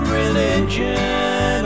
religion